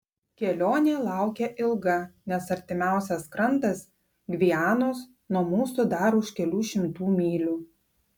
kelionė laukia ilga nes artimiausias krantas gvianos nuo mūsų dar už kelių šimtų mylių